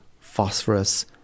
phosphorus